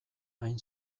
hain